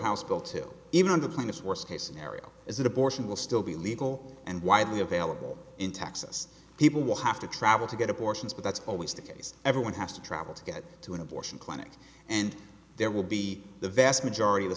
house bill to even under the kind of worst case scenario is that abortion will still be legal and widely available in texas people will have to travel to get abortions but that's always the case everyone has to travel to get to an abortion clinic and there will be the vast majority of the